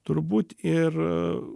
turbūt ir